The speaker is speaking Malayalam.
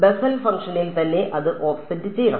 ബെസൽ ഫംഗ്ഷനിൽ തന്നെ അത് ഓഫ്സെറ്റ് ചെയ്യണം